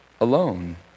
alone